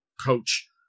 coach